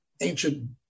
ancient